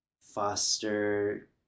foster